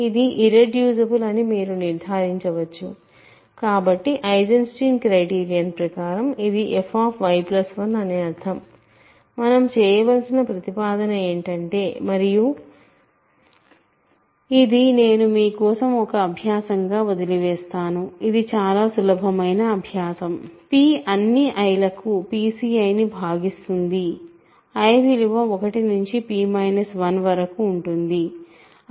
ఇది ఇర్రెడ్యూసిబుల్ అని మీరు నిర్ధారించవచ్చు కాబట్టి ఐసెన్స్టీన్ క్రైటీరియన్ ప్రకారం ఇది f y1 అని అర్ధం మనము చేయవలసిన ప్రతిపాదన ఏంటంటే మరియు ఇది నేను మీ కోసం ఒక అభ్యాసం గా వదిలివేస్తాను ఇది చాలా సులభమైన అభ్యాసం p అన్నీ i లకు pCiని భాగిస్తుంది i విలువ 1 నుంచి p 1 వరకు ఉంటుంది